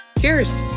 Cheers